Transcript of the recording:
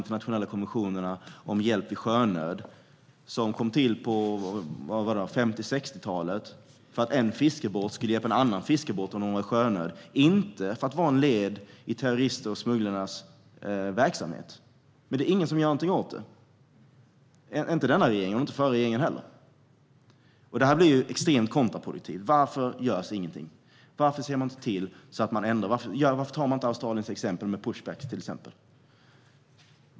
De kom till på 1950 eller 1960-talet för att en fiskebåt skulle hjälpa en annan fiskebåt som var i sjönöd - inte för att vara ett led i terroristers och smugglares verksamhet. Men det är ingen som gör något åt detta, varken denna regering eller den föregående. Detta blir extremt kontraproduktivt. Varför görs ingenting? Varför följer man inte Australiens exempel med pushback?